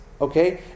Okay